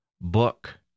book